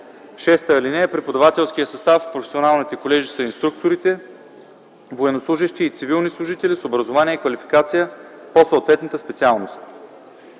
длъжности. (6) Преподавателският състав в професионалните колежи са инструкторите – военнослужещи и цивилни служители с образование и квалификация по съответната специалност.”